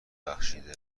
بخشیده